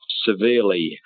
severely